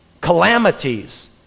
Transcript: calamities